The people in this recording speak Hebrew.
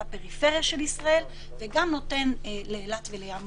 הפריפריה של ישראל וגם נותן לאילת ולים המלח.